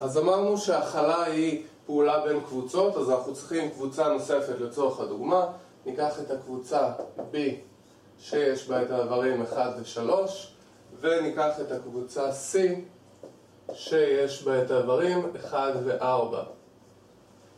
אז אמרנו שההכלה היא פעולה בין קבוצות, אז אנחנו צריכים קבוצה נוספת לצורך הדוגמה ניקח את הקבוצה B שיש בה את האיברים 1 ו3 וניקח את הקבוצה C שיש בה את האיברים 1 ו4